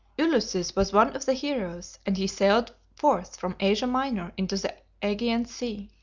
ulysses was one of the heroes, and he sailed forth from asia minor into the aegean sea.